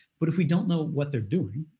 but if we don't know what they're doing,